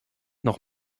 noch